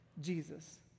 Jesus